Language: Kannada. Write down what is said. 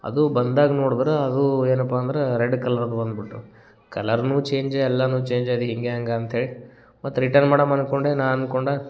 ಅದು ಬಂದಾಗ ನೋಡದ್ರೆ ಅದು ಏನಪ್ಪಾ ಅಂದ್ರೆ ರೆಡ್ ಕಲರ್ದು ಬಂದು ಬುಟ್ಟದೆ ಕಲರೂ ಚೇಂಜೇ ಎಲ್ಲವೂ ಚೇಂಜೇ ಅದು ಹೀಗೆ ಹ್ಯಾಂಗೆ ಅಂತ್ಹೇಳಿ ಮತ್ತು ರಿಟರ್ನ್ ಮಾಡಣ ಅಂದ್ಕೊಂಡೆ ನಾ ಅನ್ಕೊಂಡು